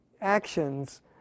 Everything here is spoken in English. actions